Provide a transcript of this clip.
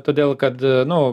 todėl kad nu